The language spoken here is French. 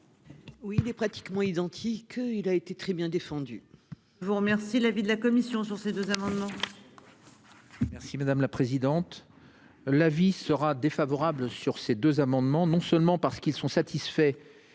Oui il est pratiquement identique. Il a été très bien défendu. Je vous remercie. L'avis de la commission sur ces deux amendements. Merci madame la présidente. L'avis sera défavorable sur ces deux amendements. Non seulement parce qu'ils sont satisfaits,